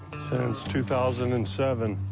since two thousand and seven.